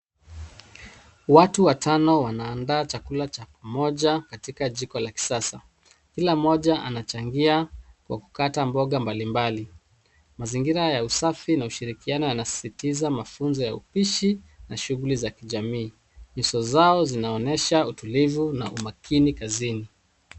Watu watano wanaandaa chakula cha pamoja katika jiko la kisasa. Kila mmoja anachangia kwa kukata mboga mbalimbali. Mazingira ya usafi na ushirikiano yanasisitiza mafunzo ya upishi na shughuli za kijamii. Nyuso zao zinaonyesha utulivu na umakini kazini.